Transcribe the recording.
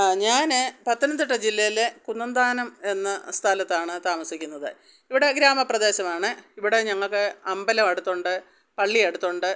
ഞാൻ പത്തനംതിട്ട ജില്ലയിലെ കുന്നന്താനം എന്ന സ്ഥലത്താണ് താമസിക്കുന്നത് ഇവിടെ ഗ്രാമപ്രദേശമാണ് ഇവിടെ ഞങ്ങൾക്ക് അമ്പലം അടുത്തുണ്ട് പള്ളി അടുത്തുണ്ട്